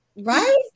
Right